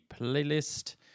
playlist